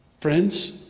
Friends